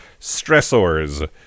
stressors